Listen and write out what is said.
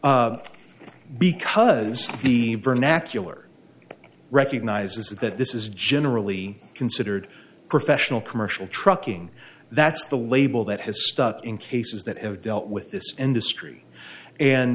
e because the vernacular recognizes that this is generally considered professional commercial trucking that's the label that has stuck in cases that have dealt with this industry and